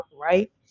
right